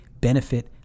benefit